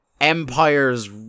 Empires